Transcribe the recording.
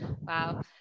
Wow